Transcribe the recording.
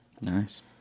Nice